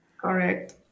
Correct